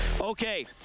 Okay